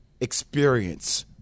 experience